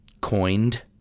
coined